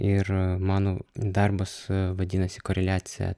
ir mano darbas vadinasi koreliacija